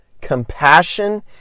Compassion